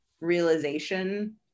realization